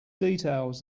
details